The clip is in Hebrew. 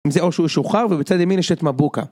זהו שהוא שוחרר ובצד ימין יש את מבוקה.